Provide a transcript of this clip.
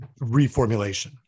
reformulation